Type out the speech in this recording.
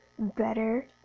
better